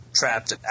Trapped